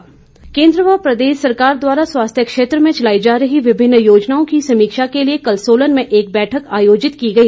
समीक्षा बैठक केन्द्र व प्रदेश सरकार द्वारा स्वास्थ्य क्षेत्र में चलाई जा रही विभिन्न योजनाओं की समीक्षा के लिए कल सोलन में एक बैठक आयोजित की गई